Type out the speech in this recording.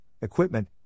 equipment